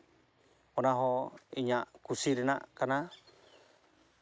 ᱚᱱᱟ ᱦᱚᱸ ᱤᱧᱟᱜ ᱠᱩᱥᱤ ᱨᱮᱱᱟᱜ ᱠᱟᱱᱟ